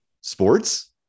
sports